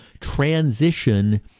transition